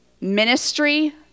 Ministry